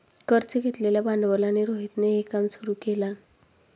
कर्ज घेतलेल्या भांडवलाने रोहितने हे काम सुरू केल